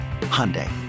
Hyundai